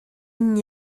n’y